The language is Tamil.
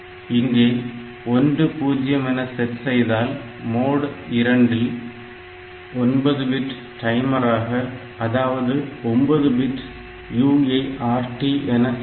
இங்கே 10 என செட் செய்தால் மோட் 2 இல் 9 பிட் டைமராக அதாவது 9 பிட் UART என செயல்படும்